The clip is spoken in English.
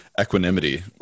equanimity